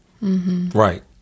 Right